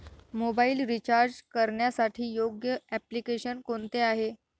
Mobile recharge करण्यासाठी योग्य application कोणते आहे?